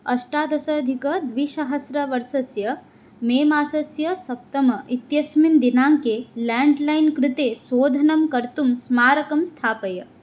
अष्टादशाधिकद्विशसस्रवर्षस्य May मासस्य सप्तम इत्यस्मिन् दिनाङ्के लाण्ड् लैन् कृते शोधनं कर्तुं स्मारकं स्थापय